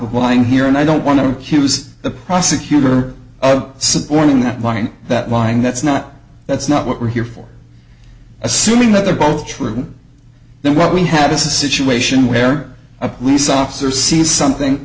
of lying here and i don't want to accuse the prosecutor of suborning that line that lying that's not that's not what we're here for assuming that they're both true then what we have is a situation where a police officer sees something